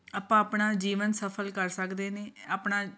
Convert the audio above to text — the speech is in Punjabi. ਆਪਾਂ ਆਪਣਾ ਜੀਵਨ ਸਫਲ ਕਰ ਸਕਦੇ ਨੇ ਆਪਣਾ